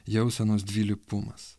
jausenos dvilypumas